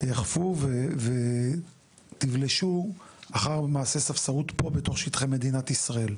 תאכפו ותבלשו אחר מעשה ספסרות פה בתוך שטחי מדינת ישראל.